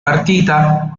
partita